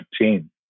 team